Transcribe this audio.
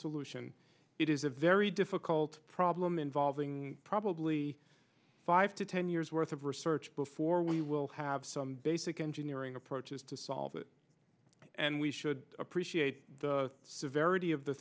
solution it is a very difficult problem involving probably five to ten years worth of research before we will have some basic engineering approaches to solve it and we should appreciate the severity of the